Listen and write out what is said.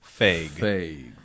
fag